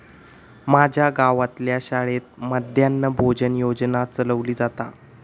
माज्या गावातल्या शाळेत मध्यान्न भोजन योजना चलवली जाता